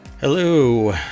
Hello